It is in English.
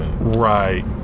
right